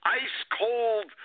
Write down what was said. ice-cold